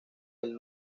del